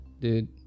Dude